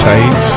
Tight